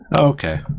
Okay